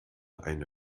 eine